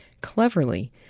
Cleverly